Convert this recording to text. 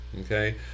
Okay